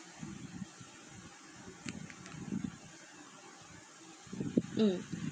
um